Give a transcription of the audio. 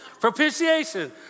Propitiation